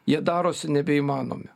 jie darosi nebeįmanomi